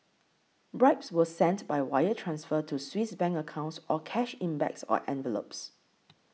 bribes were sent by wire transfer to Swiss Bank accounts or cash in bags or envelopes